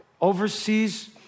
overseas